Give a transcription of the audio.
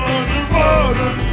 Underwater